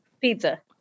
pizza